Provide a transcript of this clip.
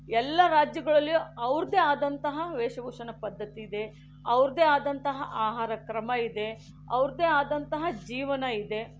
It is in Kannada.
ಎಲ್ಲ ರಾಜ್ಯಗಳಲ್ಲಿಯೂ ಅವರದೇ ಆದಂತಹ ವೇಷಭೂಷಣ ಪದ್ಧತಿ ಇದೆ ಅವರದೇ ಆದಂತಹ ಆಹಾರ ಕ್ರಮ ಇದೆ ಅವರದೇ ಆದಂತಹ ಜೀವನ ಇದೆ